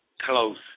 close